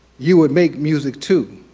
you would make music too.